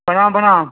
प्रणाम प्रणाम